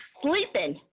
sleeping